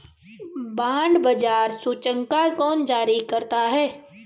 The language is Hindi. बांड बाजार सूचकांक कौन जारी करता है?